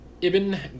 Ibn